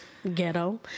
ghetto